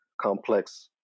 complex